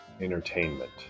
entertainment